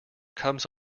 comes